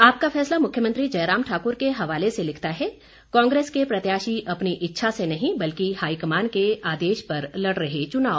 आपका फैसला मुख्यमंत्री जयराम ठाक्र के हवाले से लिखता है कांग्रेस के प्रत्याशी अपनी इच्छा से नहीं बल्कि हाईकमान के आदेश पर लड़ रहे चुनाव